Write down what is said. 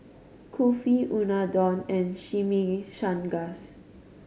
Kulfi Unadon and Chimichangas